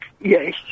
Yes